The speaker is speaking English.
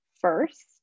first